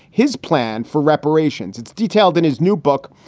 his plan for reparations. it's detailed in his new book.